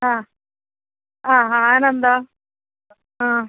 ആ ആ ആ അതിന് എന്താ ആ